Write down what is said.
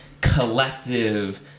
collective